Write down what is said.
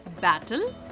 battle